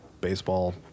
baseball